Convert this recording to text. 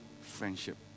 friendship